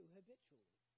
habitually